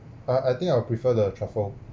uh I think I will prefer the truffle